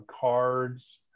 cards